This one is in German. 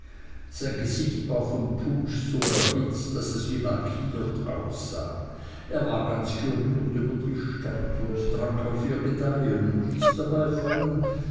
sein gesicht war vom punsch so erhitzt daß es wie lackiert aussah er war ganz gerührt über die stadt und trank auf ihr gedeihen und ließ dabei fallen